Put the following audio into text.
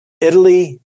Italy